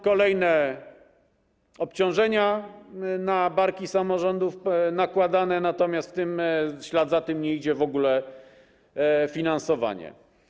Kolejne obciążenia są na barki samorządów nakładane, natomiast w ślad za tym nie idzie w ogóle finansowanie.